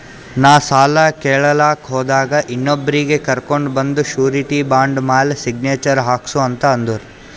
ನಾ ಸಾಲ ಕೇಳಲಾಕ್ ಹೋದಾಗ ಇನ್ನೊಬ್ರಿಗಿ ಕರ್ಕೊಂಡ್ ಬಂದು ಶೂರಿಟಿ ಬಾಂಡ್ ಮ್ಯಾಲ್ ಸಿಗ್ನೇಚರ್ ಹಾಕ್ಸೂ ಅಂತ್ ಅಂದುರ್